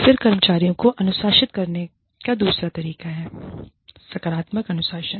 फिर कर्मचारियों को अनुशासित करने का दूसरा तरीका है सकारात्मक अनुशासन